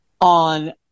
on